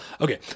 Okay